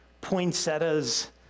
poinsettias